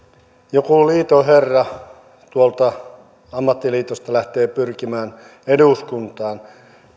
joku liiton herra tuolta ammattiliitosta lähtee pyrkimään eduskuntaan